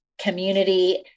community